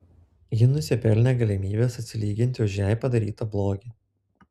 ji nusipelnė galimybės atsilyginti už jai padarytą blogį